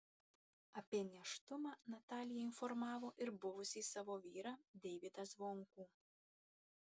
apie nėštumą natalija informavo ir buvusį savo vyrą deivydą zvonkų